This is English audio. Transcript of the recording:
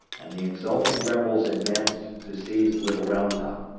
and the exulting rebels advanced to seize little round top.